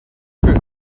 true